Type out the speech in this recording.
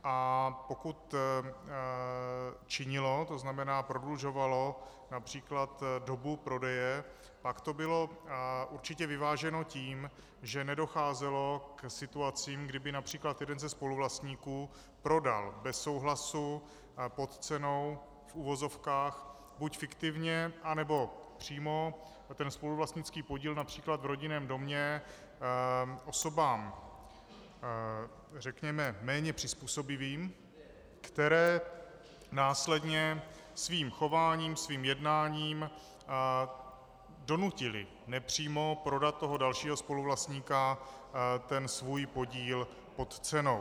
A pokud činilo, to znamená, prodlužovalo například dobu prodeje, pak to bylo určitě vyváženo tím, že nedocházelo k situacím, kdy by např. jeden ze spoluvlastníků prodal bez souhlasu, pod cenou, v uvozovkách, buď fiktivně, anebo přímo, ten spoluvlastnický podíl např. v rodinném domě osobám, řekněme, méně přizpůsobivým, které následně svým chováním, svým jednáním donutily nepřímo prodat toho dalšího spoluvlastníka svůj podíl pod cenou.